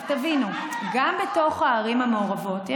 את שמעת על הפרעות?